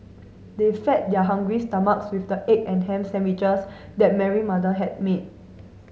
they fed their hungry stomachs with the egg and ham sandwiches that Mary mother had made